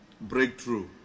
Breakthrough